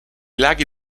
laghi